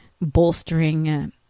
bolstering